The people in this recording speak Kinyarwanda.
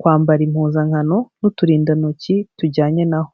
kwambara impuzankano n'uturindantoki tujyanye na ho.